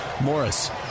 Morris